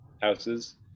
houses